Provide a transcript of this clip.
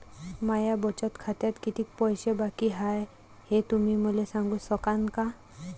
माया बचत खात्यात कितीक पैसे बाकी हाय, हे तुम्ही मले सांगू सकानं का?